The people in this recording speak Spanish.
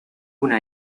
una